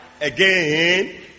again